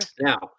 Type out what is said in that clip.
Now